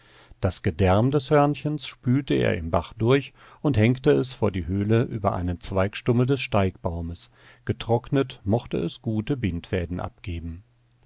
das gedärm des hörnchens spülte er im bach durch und hängte es vor die höhle über einen zweigstummel des steigbaumes getrocknet mochte es gute bindfäden abgeben